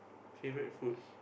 favorite food